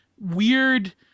weird